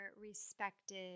respected